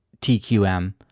TQM